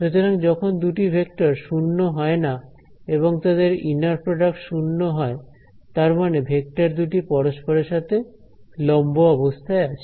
সুতরাং যখন দুটি ভেক্টর 0 হয় না এবং তাদের ইনার প্রডাক্ট শূন্য হয় তার মানে ভেক্টর দুটি পরস্পরের সাথে লম্ব অবস্থায় আছে